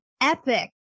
epic